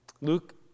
Luke